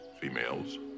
females